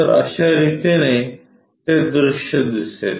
तर अश्या रितीने ते दृश्य दिसेल